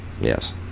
yes